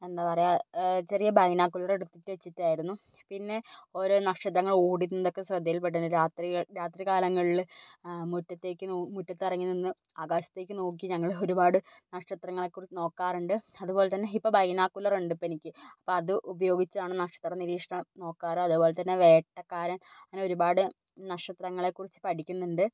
എന്താ പറയുക ചെറിയ ബൈനോക്കുലറെടുത്തിട്ട് വെച്ചിട്ടായിരുന്നു പിന്നെ ഓരോ നക്ഷത്രങ്ങൾ ഓടുന്നതൊക്കെ ശ്രദ്ധയിൽ പെട്ടായിരുന്നു രാത്രി കാലങ്ങളിൽ മുറ്റത്തേക്ക് നോക്കി മുറ്റത്തിറങ്ങി നിന്ന് ആകാശത്തേക്ക് നോക്കി ഞങ്ങളൊരുപാട് നക്ഷത്രങ്ങളെ നോക്കാറുണ്ട് അതുപ്പോലെതന്നെ ഇപ്പോൾ ബൈനോക്കുലറുണ്ട് ഇപ്പോൾ എനിക്ക് അതു ഉപയോഗിച്ചാണ് നക്ഷത്ര നിരീക്ഷണം നോക്കാർ അതെപ്പോലെത്തന്നെ വേട്ടക്കാരൻ അങ്ങനെയൊരുപാട് നക്ഷത്രങ്ങളെക്കുറിച്ച് പഠിക്കുന്നുണ്ട്